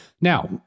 Now